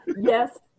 yes